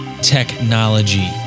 technology